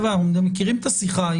אנחנו גם מכירים את השיחה,